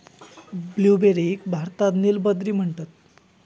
ब्लूबेरीक भारतात नील बद्री म्हणतत